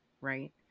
right